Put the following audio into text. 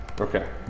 Okay